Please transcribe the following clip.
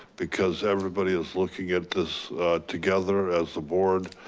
because everybody is looking at this together as a board.